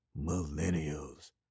millennials